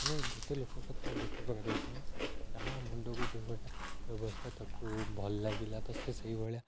ମାନେ ଗୋଟେ ଲୋକ ସତ ଗୋଟେ ପ୍ରକାର ମିସନ୍ ଯେ ଯାହା ମୁଣ୍ଡକୁ ଯେଉଁ ଭଳିଆ ବ୍ୟବସାୟ ତାକୁ ଭଲ୍ ଲାଗିଲା ତ ସେ ସେଇଭଳିଆ